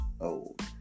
old